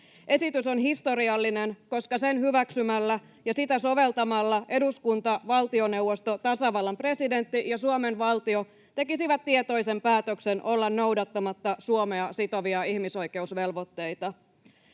Esitys on historiallinen, koska sen hyväksymällä ja sitä soveltamalla eduskunta, valtioneuvosto, tasavallan presidentti ja Suomen valtio tekisivät tietoisen päätöksen olla noudattamatta Suomea sitovia ihmisoikeusvelvoitteita.